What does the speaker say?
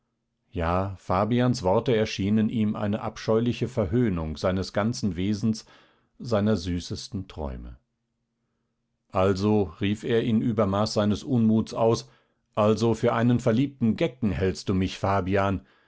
ja fabians worte schienen ihm eine abscheuliche verhöhnung seines ganzen wesens seiner süßesten träume also rief er in übermaß seines unmuts aus also für einen verliebten gecken hältst du mich fabian